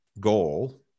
goal